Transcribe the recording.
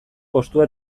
kostua